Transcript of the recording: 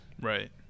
Right